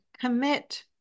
Commit